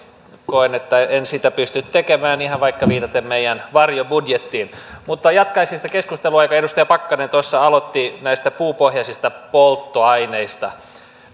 koen että en sitä pysty tekemään ihan vaikka viitaten meidän varjobudjettiin mutta jatkaisin sitä keskustelua jonka edustaja pakkanen aloitti näistä puupohjaisista polttoaineista